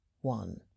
one